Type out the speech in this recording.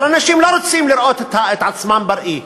אבל אנשים לא רוצים לראות את עצמם בראי,